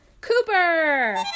Cooper